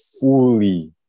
fully